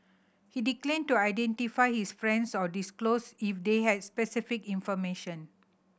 he declined to identify his friends or disclose if they had specific information